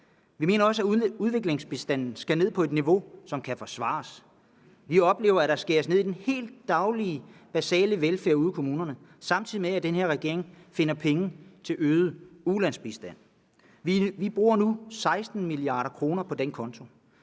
Vi mener også, at udviklingsbistanden skal ned på et niveau, som kan forsvares. Vi oplever, at der skæres ned i den helt daglige basale velfærd ude i kommunerne, samtidig med at den her regering finder penge til øget ulandsbistand. Vi bruger nu 16 mia. kr. på den konto.